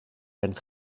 ben